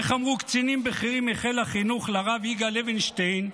איך אמרו קצינים בכירים מחיל החינוך לרב יגאל לווינשטיין,